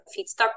feedstock